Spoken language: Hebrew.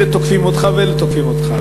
אלה תוקפים אותך ואלה תוקפים אותך.